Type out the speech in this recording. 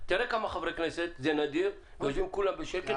תראה כמה חברי כנסת, זה נדיר, ויושבים כולם בשקט.